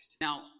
Now